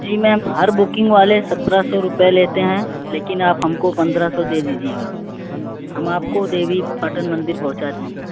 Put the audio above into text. جی ma'am ہر booking والے سترہ سو روپے لیتے ہیں لیکن آپ ہم کو پندرہ سو دے دیجیے گا ہم آپ کو دیوی پاٹن مندر پہنچا دیں گے